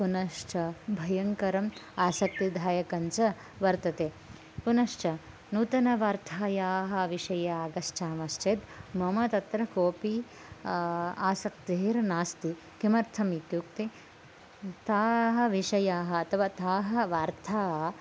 पुनश्च भयङ्करम् आसक्तिदायकं च वर्तते पुनश्च नूतनवार्तायाः विषयागच्छामः चेत् मम तत्र कोऽपि आसक्त्तिः नास्ति किमर्थम् इत्युक्ते ताः विषयाः अथवा ताः वार्ता